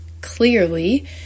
clearly